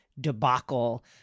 debacle